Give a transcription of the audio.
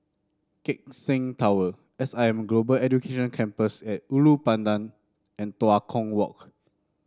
Keck Seng Tower S I M Global Education Campus at Ulu Pandan and Tua Kong Walk